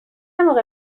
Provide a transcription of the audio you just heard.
موقع